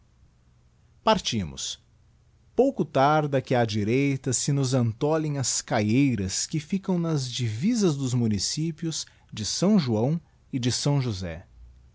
partimos pouco tarda que á direita se nos antolhem as caieiras que ficam nas divisas dos municípios de s joão e de s josé